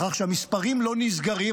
לכך שהמספרים לא נסגרים,